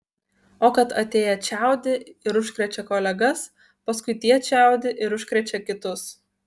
o kad atėję čiaudi ir užkrečia kolegas paskui tie čiaudi ir užkrečia kitus